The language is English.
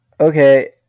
okay